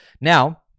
Now